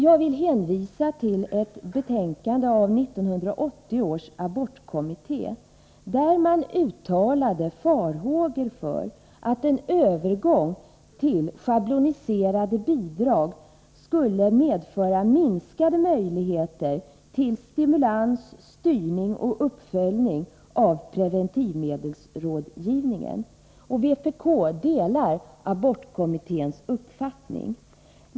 Jag vill hänvisa till ett betänkande av 1980 års abortkommitté, där man uttalade farhågor för att en övergång till schabloniserade bidrag skulle medföra minskade möjligheter till stimulans, styrning och uppföljning av preventivmedelsrådgivningen. Vpk delar abortkommitténs uppfattning.